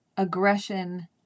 aggression